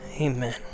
Amen